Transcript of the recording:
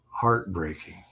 heartbreaking